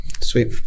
Sweet